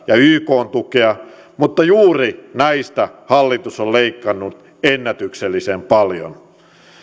ja ykn tukea mutta juuri näistä hallitus on leikannut ennätyksellisen paljon